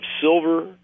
silver